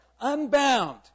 unbound